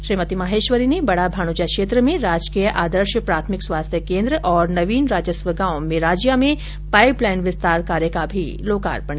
श्रीमती मोहश्वरी ने बड़ा भाणुजा क्षेत्र में राजकीय आदर्श प्राथमिक स्वास्थ्य केन्द्र और नवीन राजस्व गांव मेराजिया में पाईप लाईन विस्तार कार्य का भी लोकार्पण किया